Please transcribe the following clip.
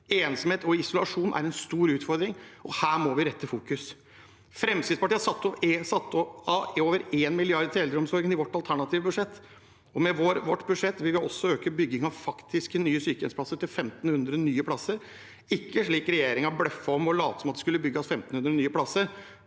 Ensomhet og isolasjon er en stor utfordring, og her må vi rette fokuset. Fremskrittspartiet har satt av over 1 mrd. kr til eldreomsorgen i vårt alternative budsjett, og med vårt budsjett vil vi også øke byggingen av faktiske nye sykehjemsplasser til 1 500 nye plasser – ikke slik regjeringen bløffet om og latet som at det skulle bygges 1 500 nye plasser,